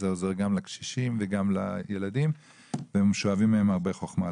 זה דבר שעוזר גם לקשישים וגם לילדים והם שואבים מהם הרבה חוכמה.